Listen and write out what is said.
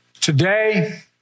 Today